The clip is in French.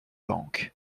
banques